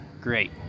great